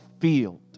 field